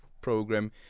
program